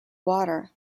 water